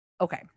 okay